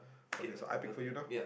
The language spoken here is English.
okay so I pick for you now